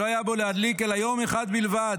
שלא היה בו להדליק אלא יום אחד בלבד,